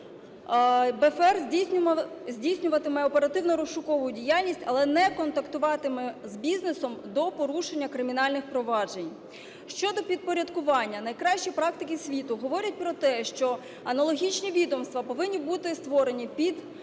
БФР здійснюватиме оперативно-розшукову діяльність, але не контактуватиме з бізнесом до порушення кримінальних проваджень. Щодо підпорядкування. Найкращі практики світу говорять про те, що аналогічні відомства повинні бути створені під